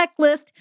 checklist